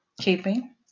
keeping